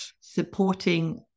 supporting